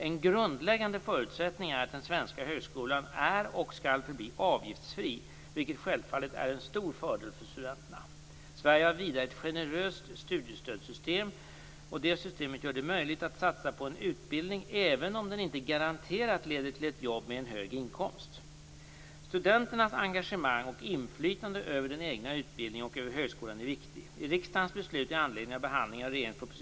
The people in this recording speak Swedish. En grundläggande förutsättning är att den svenska högskolan är och skall förbli avgiftsfri, vilket självfallet är en stor fördel för studenterna. Sverige har vidare ett generöst studiestödssystem. Det systemet gör det möjligt att satsa på en utbildning även om den inte garanterat leder till ett jobb med en hög inkomst. Studenternas engagemang och inflytande över den egna utbildningen och över högskolan är viktig.